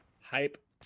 hype